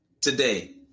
Today